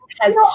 has-